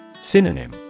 Synonym